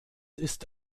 ist